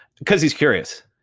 because he's curious.